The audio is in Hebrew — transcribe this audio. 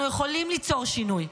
אנחנו יכולים ליצור שינוי.